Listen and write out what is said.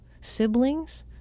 siblings